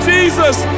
Jesus